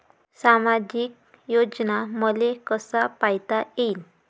सामाजिक योजना मले कसा पायता येईन?